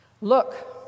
Look